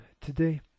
today